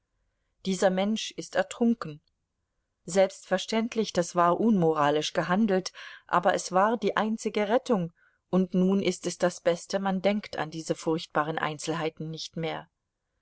dieser mensch ist ertrunken selbstverständlich das war unmoralisch gehandelt aber es war die einzige rettung und nun ist es das beste man denkt an diese furchtbaren einzelheiten nicht mehr